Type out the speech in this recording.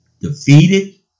Defeated